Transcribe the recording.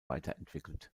weiterentwickelt